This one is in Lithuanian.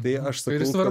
tai aš sakau